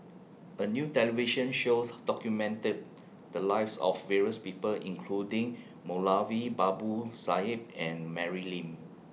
A New television shows documented The Lives of various People including Moulavi Babu Sahib and Mary Lim